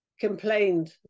complained